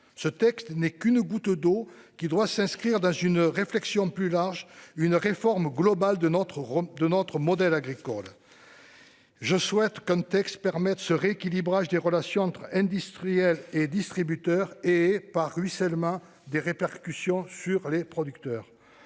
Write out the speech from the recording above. de loi n'est qu'une goutte d'eau. Elle doit s'inscrire dans une réflexion plus large, une réforme globale de notre modèle agricole. Je souhaite qu'un texte permette un rééquilibrage des relations entre industriels et distributeurs et qu'il ait, par ruissellement, des répercussions sur les producteurs.